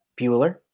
Bueller